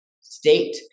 state